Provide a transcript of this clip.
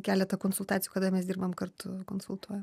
keletą konsultacijų kada mes dirbam kartu konsultuoja